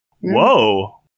Whoa